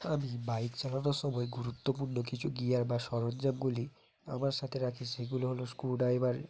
আমি বাইক চালানোর সময় গুরুত্বপূর্ণ কিছু গিয়ার বা সরঞ্জামগুলি আমার সাথে রাখি সেগুলো হলো স্ক্রুড্রাইভার